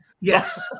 Yes